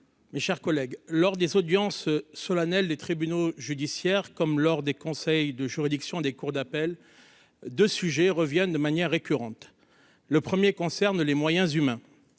Mes chers collègues, lors des audiences solennelle des tribunaux judiciaires comme lors des conseils de juridiction des cours d'appel de sujets reviennent de manière récurrente, le 1er concerne les moyens humains